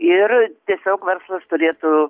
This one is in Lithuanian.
ir tiesiog verslas turėtų